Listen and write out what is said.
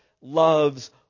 loves